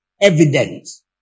evidence